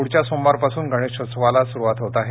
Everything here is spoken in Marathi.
पुढच्या सोमवारपासून गणेशोत्सवास सुरवात होत आहे